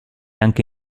anche